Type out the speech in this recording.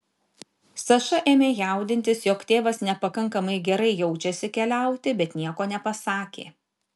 saša ėmė jaudintis jog tėvas nepakankamai gerai jaučiasi keliauti bet nieko nepasakė